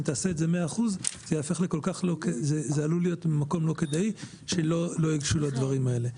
אם תעשה את זה 100% זה עלול להיות ממקום לא כדאי שלא ייגשו לדברים האלה.